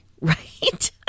right